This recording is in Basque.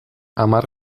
hamar